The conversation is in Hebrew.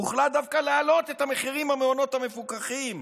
הוחלט דווקא להעלות את המחירים במעונות המפוקחים,